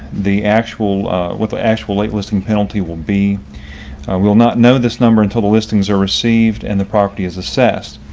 the actual what the actual whitelisting penalty will be. we will not know this number until the listings are received and the property is assessed.